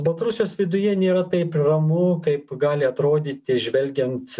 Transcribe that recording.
baltarusijos viduje nėra taip ramu kaip gali atrodyti žvelgiant